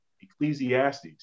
Ecclesiastes